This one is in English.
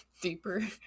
deeper